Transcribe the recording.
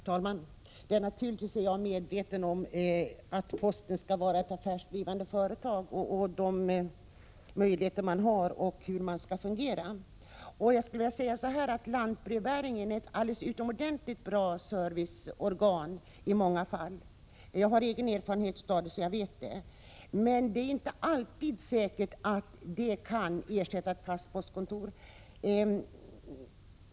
Herr talman! Naturligtvis är jag medveten om att posten skall vara ett affärsdrivande företag, vilka möjligheter postverket har och hur det skall fungera. Lantbrevbäringen är ett alldeles utomordentligt bra serviceorgan i många fall. Jag har egen erfarenhet av det, så jag vet att det är så. Men det är inte alltid säkert att lantbrevbäringen kan ersätta ett fast postkontor.